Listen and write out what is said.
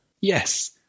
Yes